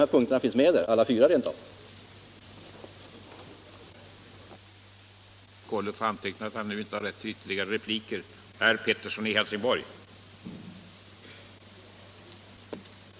Jag kanske kan få ett besked om alla fyra punkter finns med.